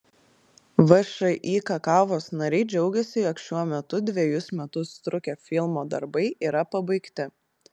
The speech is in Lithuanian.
všį kakavos nariai džiaugiasi jog šiuo metu dvejus metus trukę filmo darbai yra pabaigti